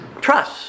trust